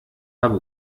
habe